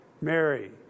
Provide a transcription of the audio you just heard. Mary